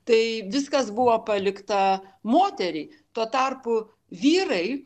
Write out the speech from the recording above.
tai viskas buvo paliktą moteriai tuo tarpu vyrai